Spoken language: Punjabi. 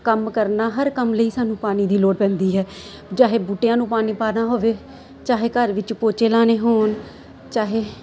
ਕੰਮ ਕਰਨਾ ਹਰ ਕੰਮ ਲਈ ਸਾਨੂੰ ਪਾਣੀ ਦੀ ਲੋੜ ਪੈਂਦੀ ਹੈ ਚਾਹੇ ਬੂਟਿਆਂ ਨੂੰ ਪਾਣੀ ਪਾਉਣਾ ਹੋਵੇ ਚਾਹੇ ਘਰ ਵਿੱਚ ਪੋਚੇ ਲਾਉਣੇ ਹੋਣ ਚਾਹੇ